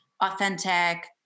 authentic